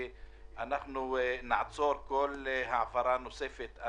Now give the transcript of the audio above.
אנחנו נעצור כל העברה נוספת.